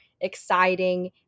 exciting